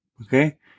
Okay